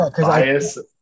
bias